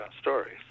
stories